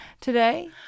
today